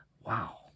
Wow